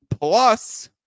plus